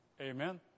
Amen